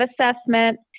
assessment